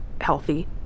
healthy